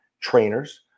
trainers